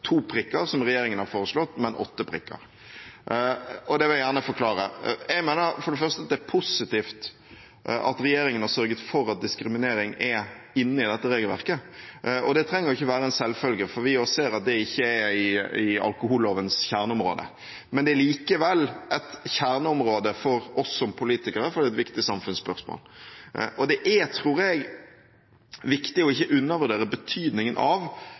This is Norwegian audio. to prikker, som regjeringen har foreslått, men åtte prikker. Det vil jeg gjerne forklare. Jeg mener for det første at det er positivt at regjeringen har sørget for at diskriminering er inne i dette regelverket, og det trenger ikke være en selvfølge, for vi ser også at det ikke er i alkohollovens kjerneområde. Men det er likevel et kjerneområde for oss som politikere, for det er et viktig samfunnsspørsmål. Det er viktig ikke å undervurdere betydningen av